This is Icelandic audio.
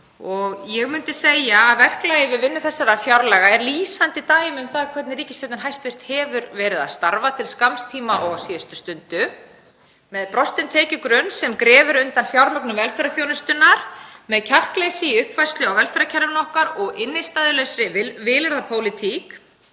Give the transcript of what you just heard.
Ég myndi segja að verklagið við vinnu þessara fjárlaga sé lýsandi dæmi um það hvernig hæstv. ríkisstjórn hefur starfað; til skamms tíma og á síðustu stundu. Með brostinn tekjugrunn sem grefur undan fjármögnun velferðarþjónustunnar, með kjarkleysi í uppfærslu á velferðarkerfinu okkar og innstæðulausri vilyrðapólitík